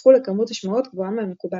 וזכו לכמות השמעות גבוהה מהמקובל.